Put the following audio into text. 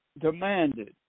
demanded